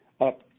up